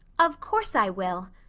of course i will,